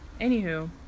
Anywho